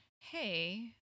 hey